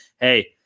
hey